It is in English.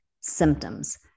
symptoms